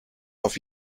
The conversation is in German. auf